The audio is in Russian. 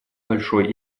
большой